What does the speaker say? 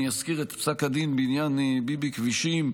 אני אזכיר את פסק הדין בעניין ביבי כבישים,